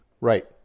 Right